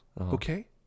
okay